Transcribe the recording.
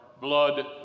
blood